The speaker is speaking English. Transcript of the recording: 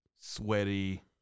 sweaty